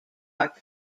are